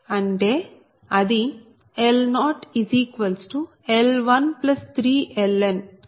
అంటే అది L0L13Ln